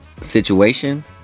situation